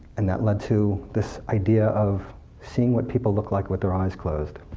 and that led to this idea of seeing what people look like with their eyes closed.